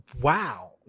wow